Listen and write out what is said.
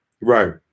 Right